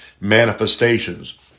manifestations